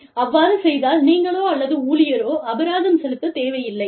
அவ்வாறு செய்தால் நீங்களோ அல்லது ஊழியரோ அபராதம் செலுத்தத் தேவை இல்லை